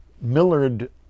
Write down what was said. Millard